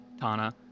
Tana